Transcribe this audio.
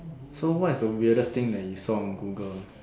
so what's the weirdest thing that you saw on Google